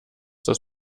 das